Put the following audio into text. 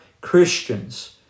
Christians